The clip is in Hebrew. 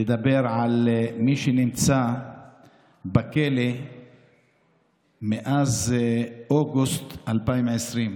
לדבר על מי שנמצא בכלא מאז אוגוסט 2020,